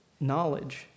knowledge